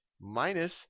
minus